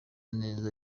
neza